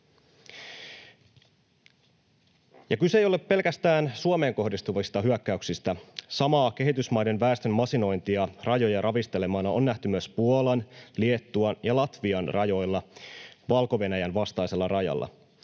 Kyse ei ole pelkästään Suomeen kohdistuvista hyökkäyksistä. Samaa kehitysmaiden väestön masinointia rajoja ravistelemaan on nähty myös Puolan, Liettuan ja Latvian rajoilla Valko-Venäjän vastaisella rajalla.